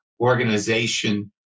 organization